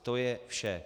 To je vše.